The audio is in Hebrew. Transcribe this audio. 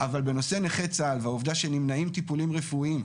אבל בנושא נכי צה"ל והעובדה שנמנעים טיפולים רפואיים,